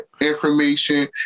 information